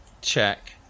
check